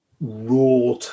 raw